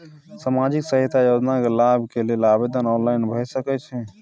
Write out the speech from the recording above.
सामाजिक सहायता योजना के लाभ के लेल आवेदन ऑनलाइन भ सकै छै?